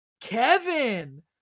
Kevin